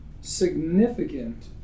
significant